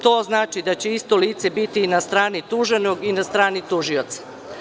To znači da će isto lice biti i na strani tuženog i na strani tužioca.